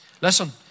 Listen